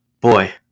boy